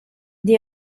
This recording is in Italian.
the